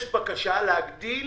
יש בקשה להגדיל